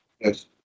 Yes